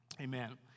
amen